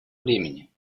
времени